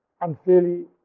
unfairly